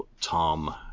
tom